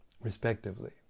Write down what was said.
respectively